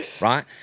right